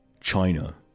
China